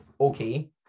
okay